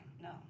No